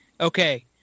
okay